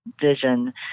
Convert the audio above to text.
vision